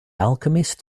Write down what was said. alchemist